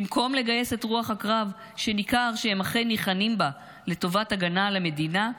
במקום לגייס את רוח הקרב שניכר שהם אכן ניחנים בה לטובת הגנה על המדינה,